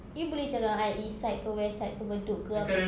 you boleh cakap dengan I east side ke west side ke bedok ke apa